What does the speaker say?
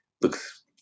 looks